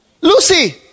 Lucy